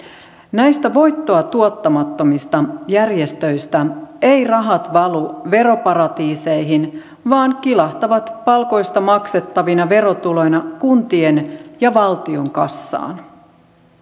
näistä voittoa tuottamattomista järjestöistä eivät rahat valu veroparatiiseihin vaan kilahtavat palkoista maksettavina verotuloina kuntien ja valtion kassaan